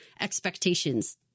expectations